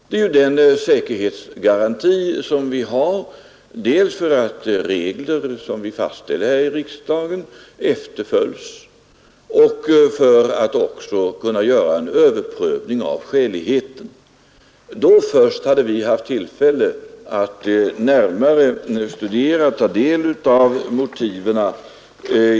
Det är ju den säkerhetsgaranti som vi har dels för att regler som vi fastställer här i riksdagen efterföljs, dels för att också kunna göra en överprövning av skäligheten. Då först hade vi haft tillfälle att närmare studera och ta del av motiven.